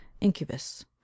incubus